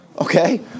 Okay